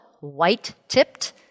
white-tipped